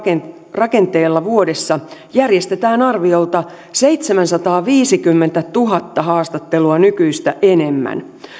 rakenteella vuodessa järjestetään arviolta seitsemänsataaviisikymmentätuhatta haastattelua nykyistä enemmän